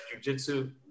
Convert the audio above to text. jujitsu